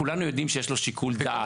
כולנו יודעים שיש לו שיקול דעת.